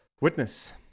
witness